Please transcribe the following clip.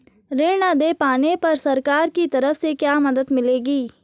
ऋण न दें पाने पर सरकार की तरफ से क्या मदद मिलेगी?